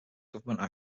government